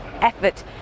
effort